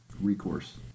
recourse